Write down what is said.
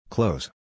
Close